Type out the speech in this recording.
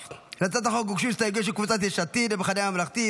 להצעת החוק הוגשו הסתייגויות של קבוצת יש עתיד ושל המחנה הממלכתי,